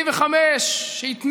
זו התרגשות